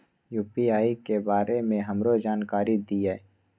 UPI के बारे में हमरो जानकारी दीय?